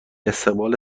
استقبال